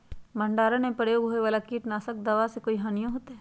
भंडारण में प्रयोग होए वाला किट नाशक दवा से कोई हानियों होतै?